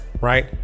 Right